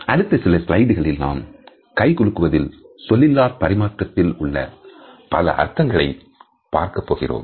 அடுத்த சில ஸ்லைடுகளில் நாம் கை குலுக்குவதில் சொல்லிலா பரிமாற்றத்தில் உள்ள பல அர்த்தங்களை பார்க்கப் போகிறோம்